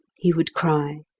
he would cry.